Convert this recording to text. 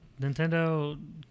Nintendo